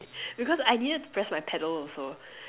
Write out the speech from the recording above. because I needed to press my pedal also